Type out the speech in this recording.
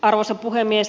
arvoisa puhemies